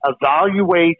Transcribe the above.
evaluate